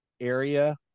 area